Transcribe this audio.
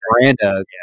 Miranda